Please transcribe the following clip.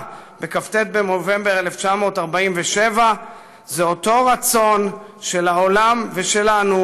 בכ"ט בנובמבר 1947. אותו רצון של העולם ושלנו,